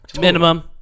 minimum